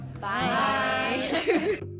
Bye